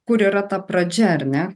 kur yra ta pradžia ar ne